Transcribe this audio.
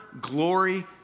glory